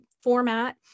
format